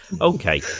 Okay